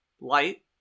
light